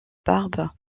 barbe